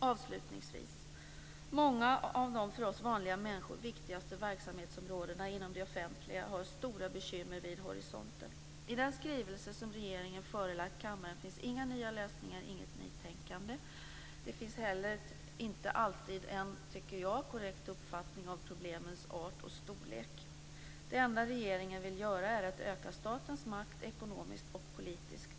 Avslutningsvis: Många av de för oss vanliga människor viktigaste verksamhetsområdena inom det offentliga har stora bekymmer vid horisonten. I den skrivelse som regeringen förelagt kammaren finns inga nya lösningar och inget nytänkande. Det finns inte heller alltid en korrekt uppfattning om problemens art och storlek. Det enda regeringen vill göra är att öka statens makt ekonomiskt och politiskt.